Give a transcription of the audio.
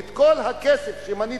ואת כל הכסף שמנית,